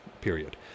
period